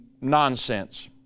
nonsense